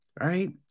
Right